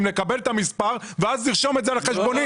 לקבל את המספר ואז לרשום אותו על החשבונית.